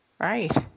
Right